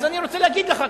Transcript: אז אני רוצה להגיד לך,